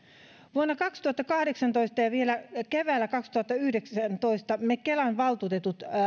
vuonna kaksituhattakahdeksantoista ja vielä keväällä kaksituhattayhdeksäntoista me kelan valtuutetut